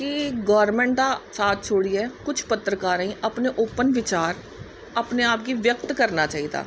कि गोर्मेंटां साथ छोड़ियै कुछ पत्रकारें गी ओपन बिचार अपने आप गी व्यक्त करना चाहिदा